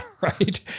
right